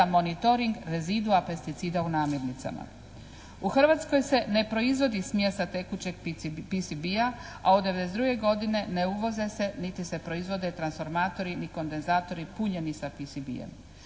za monitoring rezidua pesticida u namirnicama. U Hrvatskoj se ne proizvodi smjesa tekućeg PSB-a a od 1992. godine ne uvoze se niti se proizvode transformatori niti kondenzatori punjeni sa PSB-em.